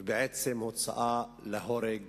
ובעצם הוצאה להורג